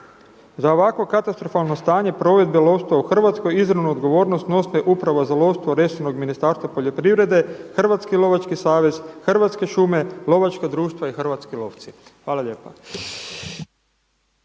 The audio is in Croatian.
Za ovako katastrofalno stanje provedbe lovstva u Hrvatskoj izravnu odgovornost snosi Uprava za lovstvo resornog Ministarstva poljoprivrede, Hrvatski lovački savez, Hrvatske šume, lovačka društva i hrvatski lovci. Hvala lijepa.